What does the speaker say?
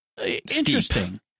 interesting